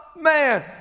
man